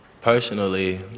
Personally